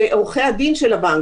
זה עורכי הדין של הבנקים.